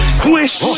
Squish